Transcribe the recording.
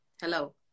hello